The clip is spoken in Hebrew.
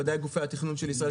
ודאי גופי התכנון של מדינת ישראל,